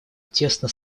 тесно